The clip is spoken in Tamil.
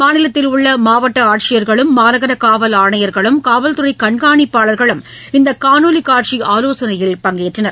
மாநிலத்தில் உள்ளமாவட்டஆட்சியர்களும் மாநகரகாவல் ஆணையர்களும் காவல் துறைகண்காணிப்பாளர்களும் இந்தகாணொலிகாட்சிஆவோசனையில் பங்கேற்றனர்